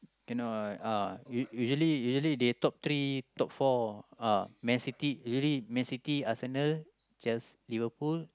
cannot ah uh usually usually they top three top four ah Man-city really Man-city Arsenal Chelsea Liverpool